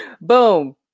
Boom